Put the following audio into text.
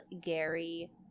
Gary